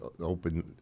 open